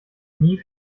nie